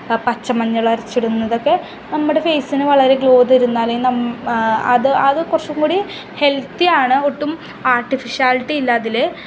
പച്ചമഞ്ഞളരച്ചിടുന്നതൊക്കെ നമ്മുടെ ഫേസിന് വളരെ ഗ്ലോ തരുന്ന അല്ലെങ്കിൽ നം അത് അത് കുറച്ചും കൂടി ഹെൽത്തിയാണ് ഒട്ടും ആർട്ടിഫിഷ്യലിറ്റി ഇല്ല അതിൽ